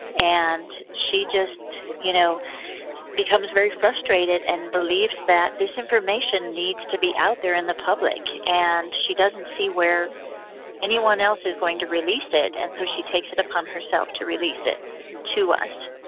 and she just you know becomes very frustrated and believes that this information needs to be out there in the public. and she doesn't see where anyone else is going to release it, and so she takes it upon herself to release it to us.